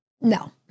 no